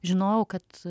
žinojau kad